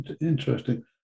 Interesting